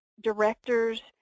directors